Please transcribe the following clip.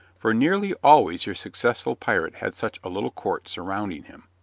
for nearly always your successful pirate had such a little court surrounding him.